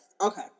Okay